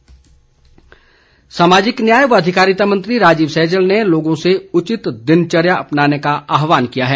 सैजल सामाजिक न्याय व अधिकारिता मंत्री राजीव सैजल ने लोगों से उचित दिनचर्या अपनाने का आहवान किया है